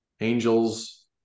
Angels